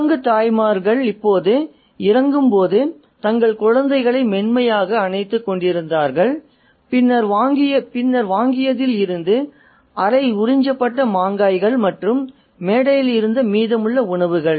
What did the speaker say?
குரங்கு தாய்மார்கள் இப்போது இறங்கும்போது தங்கள் குழந்தைகளை மென்மையாக அணைத்துக்கொண்டிருந்தார்கள் பின்னர் வாங்கியதில் இருந்து அரை உறிஞ்சப்பட்ட மாங்காய்கள் மற்றும் மேடையில் இருந்து மீதமுள்ள உணவுகள்